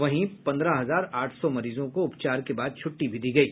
वहीं पन्द्रह हजार आठ सौ मरीजों को उपचार के बाद छुट्टी भी दी गयी